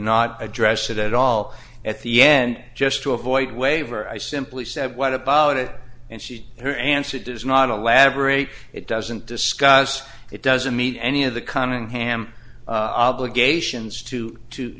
not address it at all at the end just to avoid waiver i simply said what about it and she her answer does not elaborate it doesn't discuss it doesn't meet any of the conning ham obligations to to